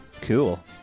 Cool